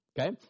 okay